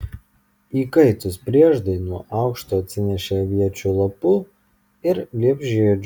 įkaitus prieždai nuo aukšto atsinešė aviečių lapų ir liepžiedžių